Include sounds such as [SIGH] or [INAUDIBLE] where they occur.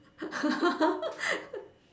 [LAUGHS]